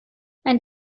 ein